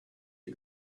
you